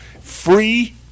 Free